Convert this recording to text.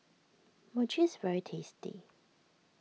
Mochi is very tasty